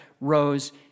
rose